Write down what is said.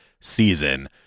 season